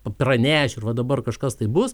pranešiu ir vat dabar kažkas tai bus